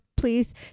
please